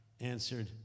answered